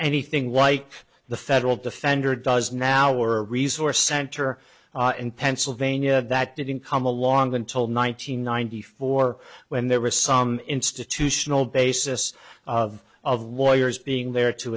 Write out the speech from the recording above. anything like the federal defender does now or resource center in pennsylvania that didn't come along until nine hundred ninety four when there was some institutional basis of of lawyers being there to